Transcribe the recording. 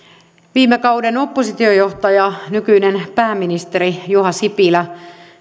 viime kauden oppositiojohtaja nykyinen pääministeri juha sipilä